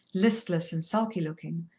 listless and sulky-looking,